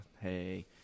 hey